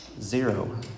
Zero